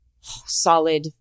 solid